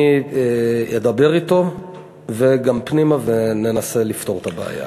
אני אדבר אתו וגם פנימה, וננסה לפתור את הבעיה.